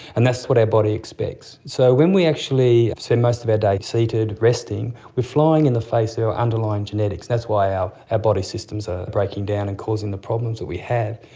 and that's what our body expects. so when we actually spend most of our day seated, resting, we are flying in the face of our underlying genetics, that's why our ah body systems are breaking down and causing the problems that we have.